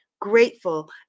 grateful